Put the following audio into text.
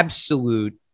absolute